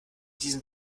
diesem